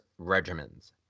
regimens